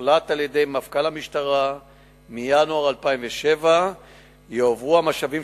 הוחלט על-ידי מפכ"ל המשטרה כי מינואר 2007 יועברו המשאבים